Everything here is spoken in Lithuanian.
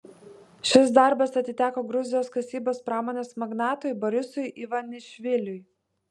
šis darbas atiteko gruzijos kasybos pramonės magnatui borisui ivanišviliui